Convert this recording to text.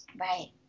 Right